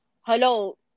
hello